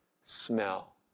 smell